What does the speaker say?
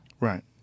Right